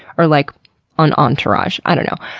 or like on entourage. i don't know.